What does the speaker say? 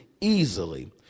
easily